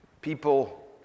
people